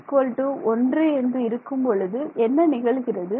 α 1 என்று இருக்கும் பொழுது என்ன நிகழுகிறது